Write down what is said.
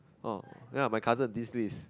oh ya my cousin dean's list